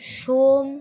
সোম